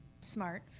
smart